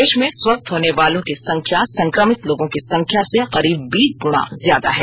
देश में स्वस्थ होने वालों की संख्या संक्रमित लोगों की संख्या से करीब बीस गुणा ज्यादा है